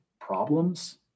problems